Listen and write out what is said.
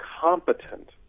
competent